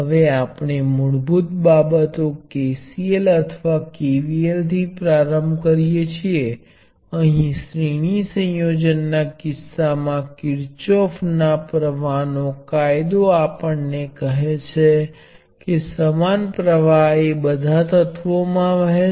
હવે આપણે પાછલી ચર્ચામાંથી જાણી શકીએ કે પ્ર્વાહ I1 એ 1L1 ઇન્ટિગલ 0 થી t Vdt છે